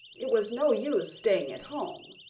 it was no use staying at home,